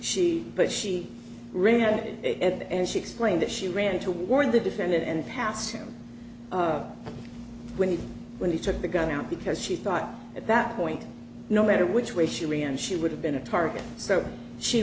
she but she regretted it and she explained that she ran toward the defendant and passed him when he when he took the gun out because she thought at that point no matter which way she ran she would have been a target so she